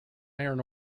iron